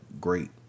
great